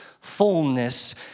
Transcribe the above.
fullness